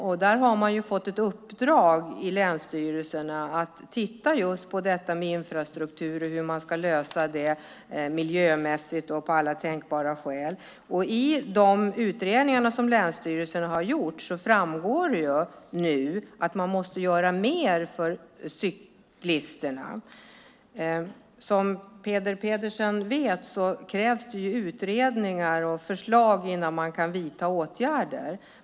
Man har fått ett uppdrag i länsstyrelserna att titta på infrastruktur och hur man ska lösa det miljömässigt med alla tänkbara skäl. I de utredningar som länsstyrelserna har gjort framgår det nu att man måste göra mer för cyklisterna. Som Peter Pedersen vet krävs det utredningar och förslag innan man kan vidta åtgärder.